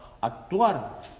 actuar